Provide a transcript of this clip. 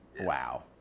Wow